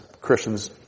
Christians